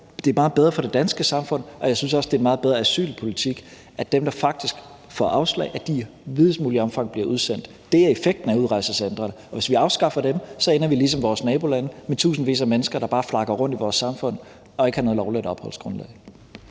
det er da meget bedre for det danske samfund, og jeg synes også, det er meget bedre asylpolitik, at dem, der faktisk får afslag, i videst muligt omfang bliver udsendt. Det er effekten af udrejsecentrene, og hvis vi afskaffer dem, ender vi ligesom vores nabolande med tusindvis af mennesker, der bare flakker rundt i vores samfund og ikke har noget lovligt opholdsgrundlag.